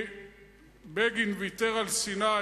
כשבגין ויתר על סיני